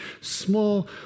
small